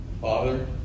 Father